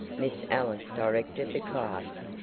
miss ellis directed the class,